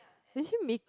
actually is mee~